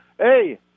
Hey